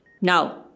Now